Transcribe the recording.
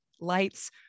lights